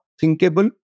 thinkable